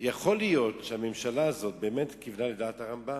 יכול להיות שהממשלה הזאת באמת כיוונה לדעת הרמב"ם,